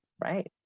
right